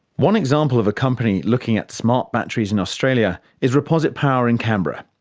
one example of a company looking at smart batteries in australia is reposit power in canberra.